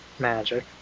magic